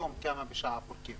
כמה פורקים